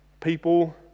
People